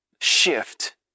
shift